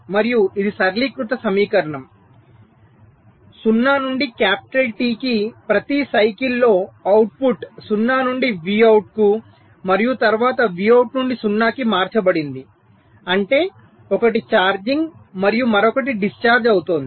మరియు ఇది సరళీకృత సమీకరణం 0 నుండి కాపిటల్ T కి ప్రతి సైకిల్ లో అవుట్పుట్ 0 నుండి Vout కు మరియు తరువాత Vout నుండి 0 కి మార్చబడింది అంటే ఒకటి ఛార్జింగ్ మరియు మరొకటి డిశ్చార్జ్ అవుతోంది